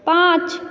पाँच